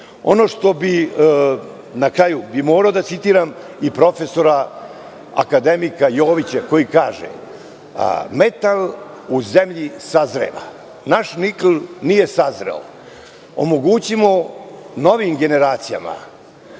što bih na kraju morao da citiram, profesora akademika Jovića koji kaže – metal u zemlji sazreva. Naš nikl nije sazreo, omogućimo novim generacijama